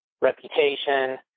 reputation